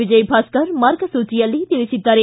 ವಿಜಯ ಭಾಸ್ಕರ ಮಾರ್ಗಸೂಚಿಯಲ್ಲಿ ತಿಳಿಸಿದ್ದಾರೆ